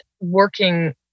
working